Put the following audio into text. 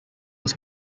was